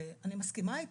אני מסכימה איתך.